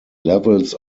levels